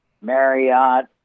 Marriott